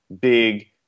big